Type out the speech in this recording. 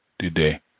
today